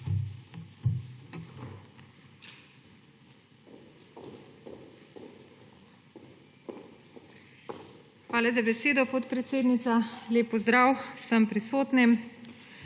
Hvala za besedo, podpredsednica. Lep pozdrav vsem prisotnim!